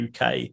UK